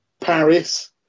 Paris